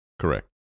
correct